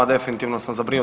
Definitivno sam zabrinut.